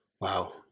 Wow